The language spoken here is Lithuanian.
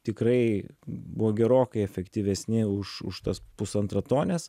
tikrai buvo gerokai efektyvesni už už tas pusantratones